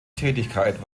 tätigkeit